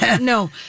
No